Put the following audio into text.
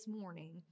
morning